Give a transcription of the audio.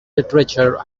literature